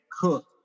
cook